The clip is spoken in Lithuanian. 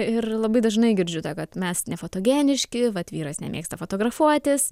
ir labai dažnai girdžiu tą kad mes nefotogeniški vat vyras nemėgsta fotografuotis